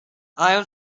i’m